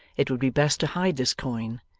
it would be best to hide this coin,